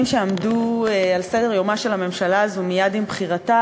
שעמדו על סדר-יומה של הממשלה הזו מייד עם בחירתה